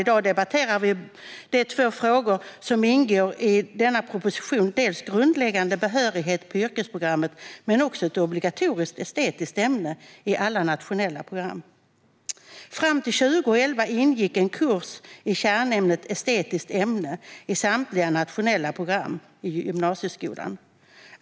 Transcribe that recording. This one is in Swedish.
I dag debatterar vi de två frågor som ingår i denna proposition, dels grundläggande behörighet på yrkesprogrammet, dels ett obligatoriskt estetiskt ämne i alla nationella program. Fram till 2011 ingick en kurs i kärnämnet estetisk verksamhet i samtliga nationella program i gymnasieskolan.